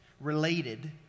related